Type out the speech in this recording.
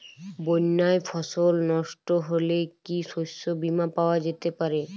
বন্যায় ফসল নস্ট হলে কি শস্য বীমা পাওয়া যেতে পারে?